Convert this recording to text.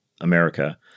America